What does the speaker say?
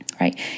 right